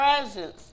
presence